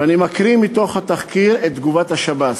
ואני מקריא מתוך התחקיר את תגובת השב"ס: